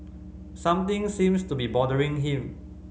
something seems to be bothering him